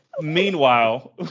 meanwhile